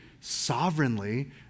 sovereignly